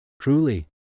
Truly